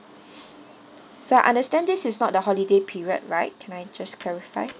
so I understand this is not the holiday period right can I just clarify